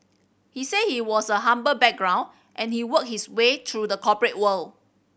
he said he was a humble background and he worked his way through the corporate world